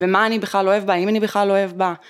ומה אני בכלל אוהב בה, אם אני בכלל אוהב בה.